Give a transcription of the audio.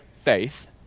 faith